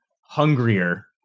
hungrier